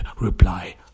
reply